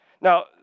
Now